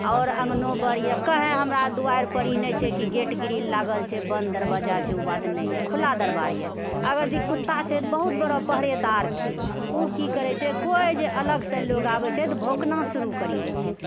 आओर अङ्गनो बड़ यऽ कही हमरा ई नहि छै कि गेट ग्रिल लागल छै बन्द दरवाजा छै ओ बात नहि यऽ खुला दरबार यऽ अगर कुता छै तऽ बहुत बड़ा पहरेदार छै ओ की करै छै कोइ जे अलगसँ लोक आबै छै तऽ भौंकना शुरु करि देइ छै